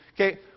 Okay